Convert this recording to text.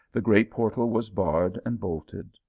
the great portal was barred and bolted,